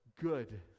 good